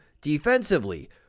defensively